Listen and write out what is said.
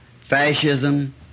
fascism